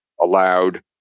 allowed